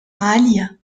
عالية